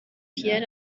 yari